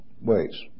ways